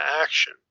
action